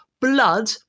blood